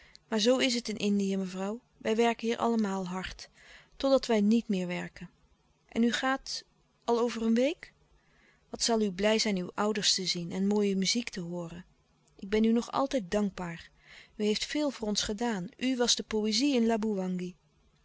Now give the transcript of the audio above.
maar zoo is het in indië mevrouw wij werken hier allemaal hard tot dat wij niet meer werken en u gaat al over een week wat zal u blij zijn uw ouders te zien en mooie muziek te hooren ik ben u nog altijd dankbaar u heeft veel voor ons gedaan u was de poëzie in